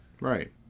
Right